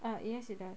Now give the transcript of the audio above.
err yes does